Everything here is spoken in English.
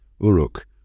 Uruk